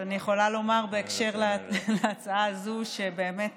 אז אני יכולה לומר בהקשר להצעה הזו שבאמת